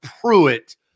Pruitt